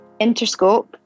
Interscope